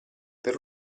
per